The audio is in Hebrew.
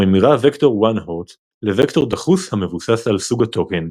הממירה וקטור one-hot לווקטור דחוס המבוסס על סוג הטוקן.